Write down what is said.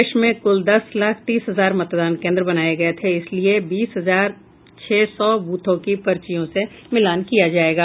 देश में कुल दस लाख तीस हजार मतदान केन्द्र बनाये गये थे इसलिए बीस हजार छह सौ बूथों की पर्चियों से मिलान किया जायेगा